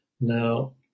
now